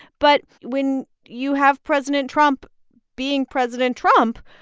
but when you have president trump being president trump,